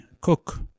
Cook